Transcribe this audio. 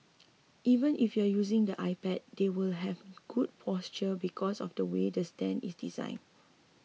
even if you're using the iPad they will have good posture because of the way the stand is designed